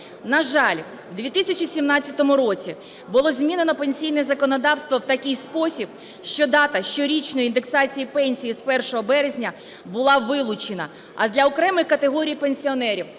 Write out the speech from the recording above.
На жаль, у 2017 році було змінено пенсійне законодавство в такий спосіб, що дата щорічної індексації пенсії з 1 березня була вилучена. А для окремих категорій пенсіонерів: